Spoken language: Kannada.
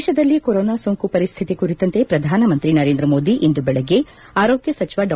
ದೇಶದಲ್ಲಿ ಕೊರೊನಾ ಸೋಂಕು ಪರಿಸ್ಥಿತಿ ಕುರಿತಂತೆ ಪ್ರಧಾನಮಂತ್ರಿ ನರೇಂದ್ರಮೋದಿ ಇಂದು ಬೆಳಗ್ಗೆ ಆರೋಗ್ಗ ಸಚಿವ ಡಾ